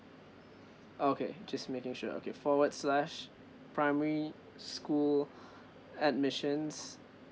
okay just making sure okay forward slash primary school admissions